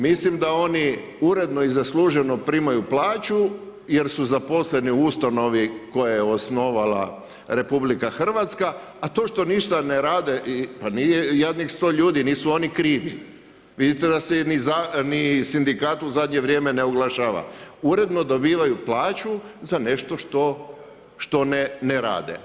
Mislim da oni uredno i zasluženo primaju plaću jer su zaposleni u ustanovi koja je osnovala RH a to što ništa ne rade, pa nisu jadni 100 ljudi, nisu oni krivi, vidite da se ni sindikat u zadnje vrijeme ne oglašava, a uredno dobivaju plaću za nešto što ne rade.